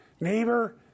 neighbor